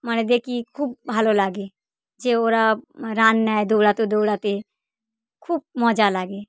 মানে দেকি খুব ভালো লাগে যে ওরা রান নেয় দৌড়াতে দৌড়াতে খুব মজা লাগে